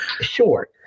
Sure